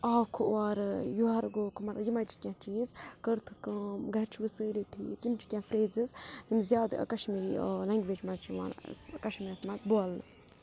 آوکھٕ اورٕ یورٕ گوٚوکھٕ مطلب یِمَے چھِ کیٚنٛہہ چیٖز کٔرتھٕ کٲم گَرِ چھِوٕ سٲری ٹھیٖک یِم چھِ کیٚنٛہہ فرٛیزٕز یِم زیادٕ کَشمیری لٮ۪نٛگویج مَنٛز چھِ یِوان کَشمیٖرَس منٛز بولنہٕ